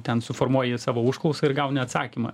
ten suformuoji savo užklausą ir gauni atsakymą